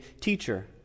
Teacher